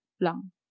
Lang